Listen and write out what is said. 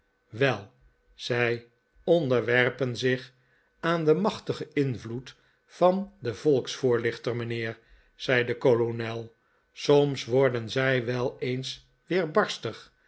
wel zij onderwerpen zich aan den machtigen invloed van den volksvoorlichter mijnheer zei de kolonel soms worden zij wel eens